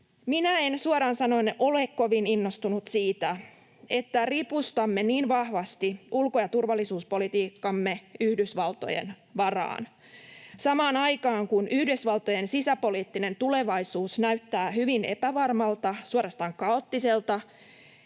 Minä en suoraan sanoen ole kovin innostunut siitä, että ripustamme niin vahvasti ulko- ja turvallisuuspolitiikkamme Yhdysvaltojen varaan. Samaan aikaan, kun Yhdysvaltojen sisäpoliittinen tulevaisuus näyttää hyvin epävarmalta, suorastaan kaoottiselta,